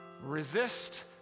Resist